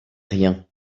rien